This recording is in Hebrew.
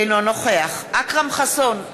אינו נוכח אכרם חסון,